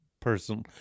person